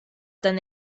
dan